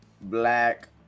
black